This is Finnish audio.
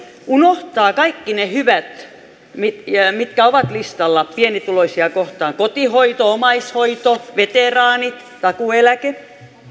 unohtaa kaikki ne hyvät asiat mitkä ovat listalla pienituloisia kohtaan kotihoito omaishoito veteraanit takuueläke